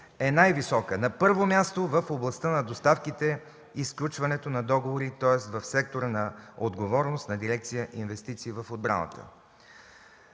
е най-висока на първо място в областта на доставките и сключването на договори, тоест в сектора на отговорност на дирекция „Инвестиции в отбраната”.